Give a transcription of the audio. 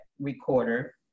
recorder